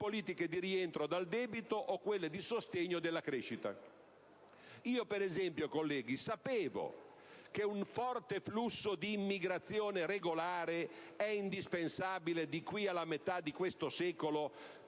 politiche di rientro dal debito o quelle di sostegno della crescita. Ad esempio, colleghi, sapevo che un forte flusso di immigrazione regolare è indispensabile, da qui alla metà di questo secolo,